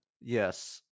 Yes